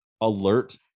alert